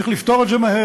וצריך לפתור את זה מהר.